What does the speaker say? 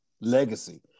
legacy